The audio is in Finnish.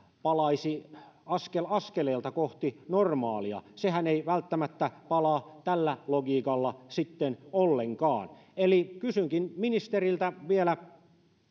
palaisi askel askeleelta kohti normaalia sehän ei välttämättä palaa tällä logiikalla ollenkaan eli kysynkin ministeriltä vielä